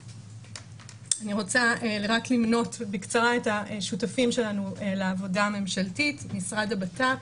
אני רוצה רק למנות בקצרה את השותפים שלנו לעבודה הממשלתית: משרד הבט"פ,